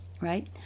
right